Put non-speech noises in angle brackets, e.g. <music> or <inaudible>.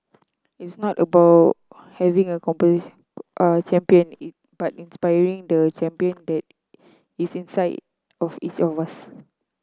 it's not about having a <unintelligible> champion <unintelligible> but inspiring the champion that is inside of each of us